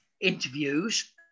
interviews